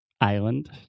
island